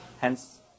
hence